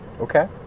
Okay